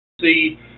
see